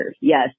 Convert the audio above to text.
Yes